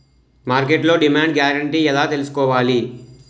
మార్కెట్లో demand guarantee ఎలా తెల్సుకోవాలి?